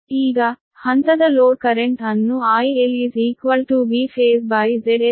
ಈಗ ಹಂತದ load current ಅನ್ನು I LV phaseZ L ಎಂದು ನೀಡಬಹುದು